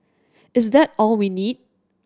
is that all we need